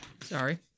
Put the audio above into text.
Sorry